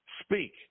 Speak